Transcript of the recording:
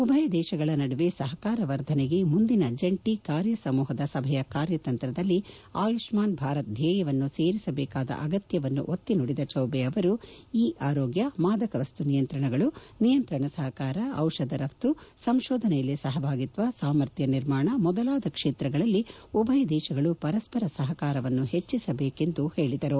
ಉಭಯ ದೇಶಗಳ ನಡುವೆ ಸಹಕಾರ ವರ್ಧನೆಗೆ ಮುಂದಿನ ಜಂಟಿ ಕಾರ್ಯ ಸಮೂಹದ ಸಭೆಯ ಕಾರ್ಯತಂತ್ರದಲ್ಲಿ ಆಯುಷ್ಣಾನ್ ಭಾರತ್ ಧ್ವೇಯವನ್ನು ಸೇರಿಸಬೇಕಾದ ಅಗತ್ಯವನ್ನು ಒತ್ತಿ ನುಡಿದ ಚೌಬೆ ಅವರು ಇ ಆರೋಗ್ಯ ಮಾದಕವಸ್ತು ನಿಯಂತ್ರಣಗಳು ನಿಯಂತ್ರಣ ಸಹಕಾರ ದಿಷಧ ರಫ್ತು ಸಂತೋಧನೆಯಲ್ಲಿ ಸಹಭಾಗಿತ್ವ ಸಾಮರ್ಥ್ವ ನಿರ್ಮಾಣ ಮೊದಲಾದ ಕ್ಷೇತ್ರಗಳಲ್ಲಿ ಉಭಯ ದೇಶಗಳು ಪರಸ್ಪರ ಸಹಕಾರವನ್ನು ಹೆಚ್ಚಿಸಬೇಕೆಂದು ಹೇಳಿದರು